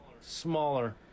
Smaller